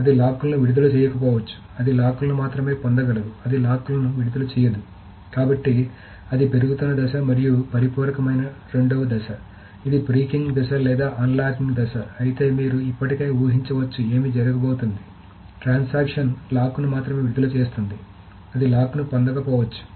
అది లాక్ లను విడుదల చేయకపోవచ్చు కాబట్టి అది లాక్లను మాత్రమే పొందగలదు అది లాక్లను విడుదల చేయదు కాబట్టి అది పెరుగుతున్న దశ మరియు పరిపూరకరమైన 2వ దశ ఇది ష్రికింగ్ దశ లేదా అన్లాకింగ్ దశ అయితే మీరు ఇప్పటికే ఊహించవచ్చుఏమి జరగబోతోంది ట్రాన్సాక్షన్ లాక్లను మాత్రమే విడుదల చేస్తుంది అది లాక్లను పొందక పోవచ్చు